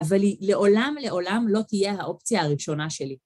אבל היא לעולם לעולם לא תהיה האופציה הראשונה שלי.